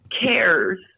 cares